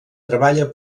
treballa